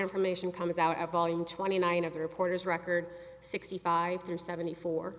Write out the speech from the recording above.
information comes out of volume twenty nine of the reporter's record sixty five to seventy four